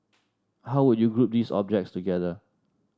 how would you group these objects together